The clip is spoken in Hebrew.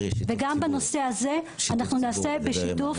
וגם בנושא הזה אנחנו נעשה בשיתוף.